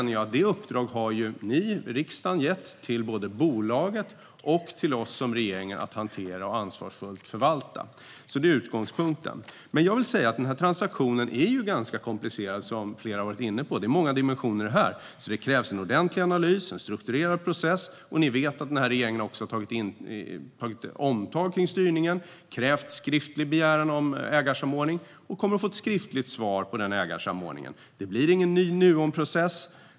Detta uppdrag har ni, riksdagen, gett både till bolaget och till oss som regering att hantera och ansvara för att förvalta. Det är utgångspunkten. Men som flera har varit inne på är transaktionen ganska komplicerad. Det är många dimensioner här, så det krävs en ordentlig analys och en strukturerad process. Ni vet att regeringen har gjort ett omtag kring styrningen, krävt skriftlig begäran om ägarsamordning och kommer att få ett skriftligt svar om denna samordning. Det blir ingen ny Nuonprocess.